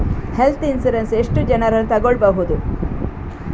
Health insurance ಎಷ್ಟು ಜನರನ್ನು ತಗೊಳ್ಬಹುದು?